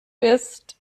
bist